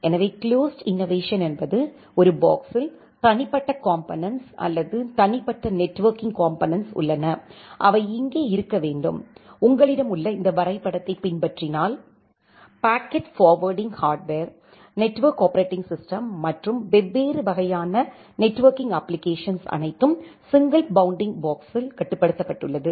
எனவே closed innovation என்பது ஒரு பாக்ஸில் தனிப்பட்ட காம்போனெனென்ட்ஸ் அல்லது தனிப்பட்ட நெட்வொர்க்கிங் காம்போனெனென்ட்ஸ் உள்ளன அவை இங்கே இருக்க வேண்டும் உங்களிடம் உள்ள இந்த வரைபடத்தைப் பின்பற்றினால் packet forwarding hardware network operating system மற்றும் வெவ்வேறு வகையான நெட்வொர்க்கிங் அப்ப்ளிகேஷன்ஸ் அனைத்தும் சிங்கிள் பவுண்டிங் பாக்ஸில் கட்டுப்படுத்தப்பட்டுள்ளது